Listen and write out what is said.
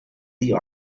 the